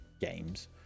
games